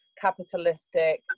capitalistic